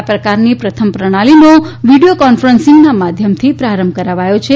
આ પ્રકારની પ્રથમ પ્રણાલીનો વિડિયો કોન્ફરન્સીંગના માધ્યમથી પ્રારંભ કરાવાયો છે